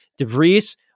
DeVries